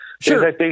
Sure